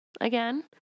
again